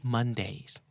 Mondays